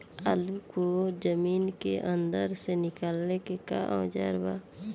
आलू को जमीन के अंदर से निकाले के का औजार बा?